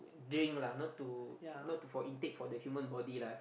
drink lah not to not to for intake for the human body lah